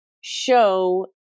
show